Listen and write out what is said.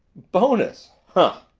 bonus huh!